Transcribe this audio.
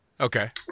Okay